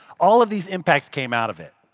all of these impacts came out of it.